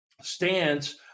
stance